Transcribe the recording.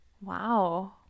Wow